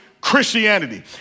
Christianity